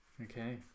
okay